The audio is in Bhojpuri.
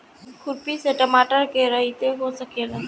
खुरपी से टमाटर के रहेती हो सकेला?